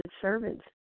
servants